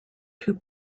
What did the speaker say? two